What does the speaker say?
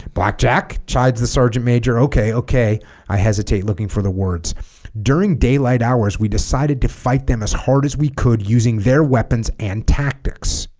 blackjack chides the sergeant major okay okay i hesitate looking for the words during daylight hours we decided to fight them as hard as we could using their weapons and tactics